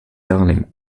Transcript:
darling